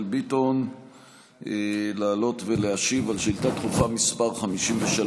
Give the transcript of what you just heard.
ביטון לעלות ולהשיב על שאילתה דחופה מס' 53,